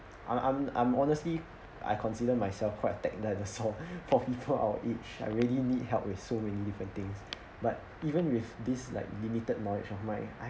I'm I'm I'm honestly I consider myself quite a tech dinosaur for people our age I really need help with so many different things but even with this like limited knowledge of my I